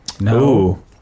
No